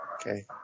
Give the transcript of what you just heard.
okay